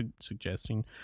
suggesting